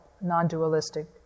non-dualistic